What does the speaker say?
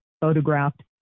photographed